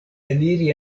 eniri